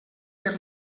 per